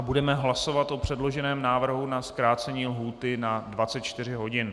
Budeme hlasovat o předloženém návrhu na zkrácení lhůty na 24 hodin.